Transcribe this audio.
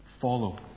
follow